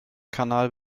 kanal